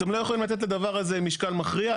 אתם לא יכולים לתת לדבר הזה משקל מכריע.